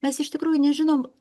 mes iš tikrųjų nežinom